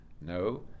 No